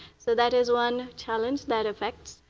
so that is one challenge that affects